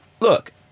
look